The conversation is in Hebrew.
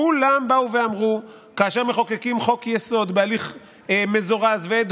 כולם באו ואמרו: חוקקים חוק-יסוד בהליך מזורז ואד